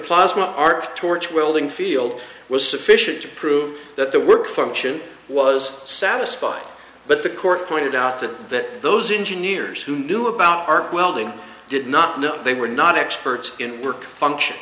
plaza art torch welding field was sufficient to prove that the work function was satisfied but the court pointed out that that those engineers who knew about arc welding did not know they were not experts in work function